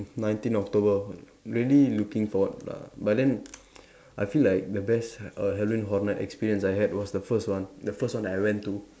nineteen October really looking forward lah but then I feel like the best err Halloween horror night experience I had was the first one the first one that I went to